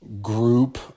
group